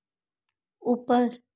ऊपर